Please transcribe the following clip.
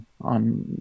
on